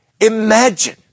Imagine